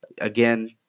Again